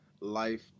life